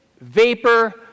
vapor